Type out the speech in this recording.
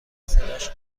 صداش